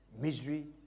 misery